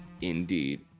Indeed